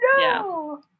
no